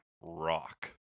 Rock